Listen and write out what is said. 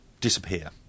disappear